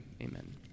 Amen